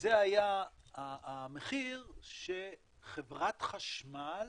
זה היה המחיר שחברת חשמל